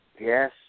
yes